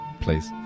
Please